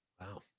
Wow